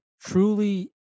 truly